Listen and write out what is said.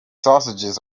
sausages